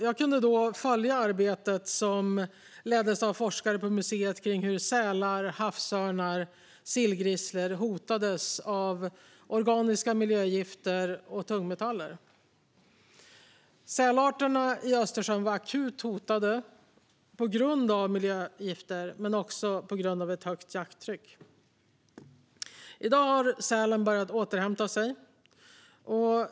Jag kunde då följa arbetet som leddes av forskare på museet om hur sälar, havsörnar och sillgrisslor hotades av organiska miljögifter och tungmetaller. Sälarterna i Östersjön var akut hotade på grund av miljögifter men också på grund av ett högt jakttryck. I dag har sälen börjat återhämta sig.